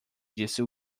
disse